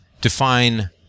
define